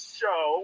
show